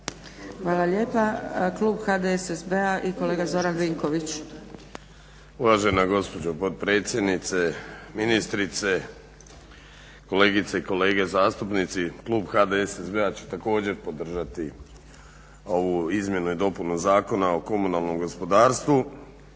Hvala lijepa. Klub HDSSB-a i kolega Zoran Vinković. **Vinković, Zoran (HDSSB)** Uvažena gospođo potpredsjednice, ministrice, kolegice i kolege zastupnici. Klub HDSSB-a će također podržati ovu izmjenu i dopunu Zakona o komunalnom gospodarstvu,